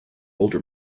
older